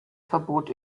verbot